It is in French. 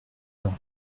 dormi